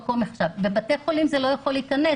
בבית חולים זה לא יכול להיכנס.